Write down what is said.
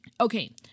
Okay